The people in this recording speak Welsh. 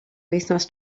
wythnos